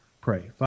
pray